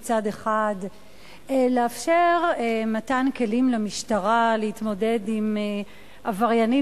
לאפשר מתן כלים למשטרה להתמודד עם עבריינים